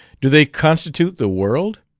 do they constitute the world?